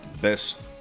best